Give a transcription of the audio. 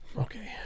okay